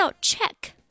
check